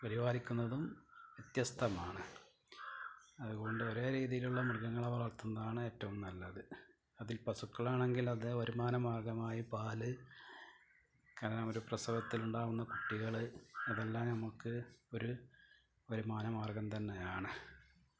പരിപാലിക്കുന്നതും വ്യത്യസ്തമാണ് അതുകൊണ്ട് ഒരേ രീതിയിലുള്ള മൃഗങ്ങളെ വളര്ത്തുന്നതാണ് ഏറ്റവും നല്ലത് അതിൽ പശുക്കള് ആണെങ്കിൽ അത് വരുമാനം മാർഗ്ഗമായി പാല് കാരണം ഒരു പ്രസവത്തിൽ ഉണ്ടാകുന്ന കുട്ടികൾ അതെല്ലാം നമുക്ക് ഒരു വരുമാനമാർഗ്ഗം തന്നെയാണ്